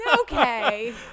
Okay